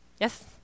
Yes